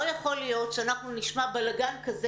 לא יכול להיות שאנחנו נשמע בלגן כזה